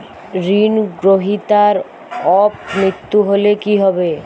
ঋণ গ্রহীতার অপ মৃত্যু হলে কি হবে?